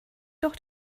doch